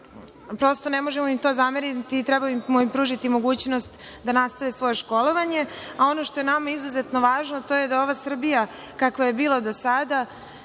im to ne možemo zameriti i trebamo im pružiti mogućnost da nastave svoje školovanje. Ono što je nama izuzetno važno to je da ova Srbija kakva je bila do sada